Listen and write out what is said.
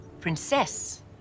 Princess